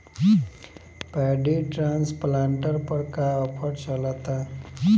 Paddy transplanter पर का offer चलता?